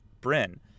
Bryn